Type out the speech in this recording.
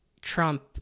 Trump